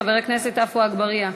חבר הכנסת עפו אגבאריה,